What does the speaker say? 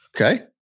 Okay